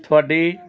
ਤੁਹਾਡੀ